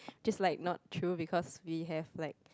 just like not true because we have like